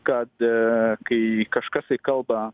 kad kai kažkas tai kalba